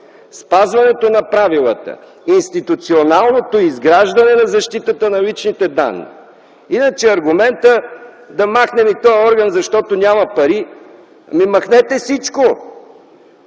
спазването на правилата, институционалното изграждане на защитата на личните данни. Иначе аргументът „да махнем и този орган, защото няма пари” – ами, махнете всичко!